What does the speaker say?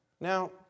Now